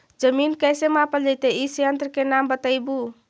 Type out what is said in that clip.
जमीन कैसे मापल जयतय इस यन्त्र के नाम बतयबु?